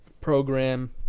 program